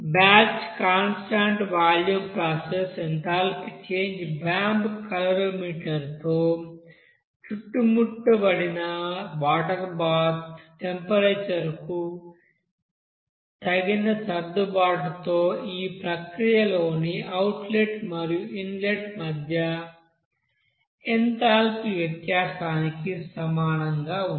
batch constant volume process enthalpy change bomb క్యాలరీమీటర్తో చుట్టుముట్టబడిన water baths టెంపరేచర్కు తగిన సర్దుబాటుతో ఈ ప్రక్రియలోని అవుట్లెట్ మరియు ఇన్లెట్ మధ్య ఎంథాల్పీ వ్యత్యాసానికి సమానంగా ఉంటుంది